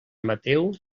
mateu